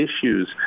issues